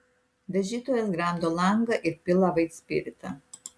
dažytojas gramdo langą ir pila vaitspiritą